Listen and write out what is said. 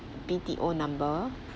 B_T_O number